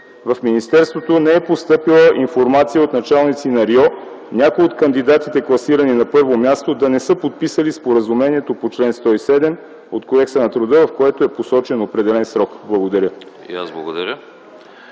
в министерството не е постъпила информация от началници на РИО някои от кандидатите, класирани на първо място, да не са подписали споразумението по чл. 107 от Кодекса на труда, в което е посочен определен срок. Благодаря.